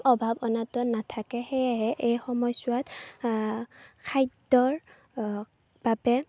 অভাৱ অনাতন নাথাকে সেয়েহে এই সময়চোৱাত খাদ্যৰ বাবে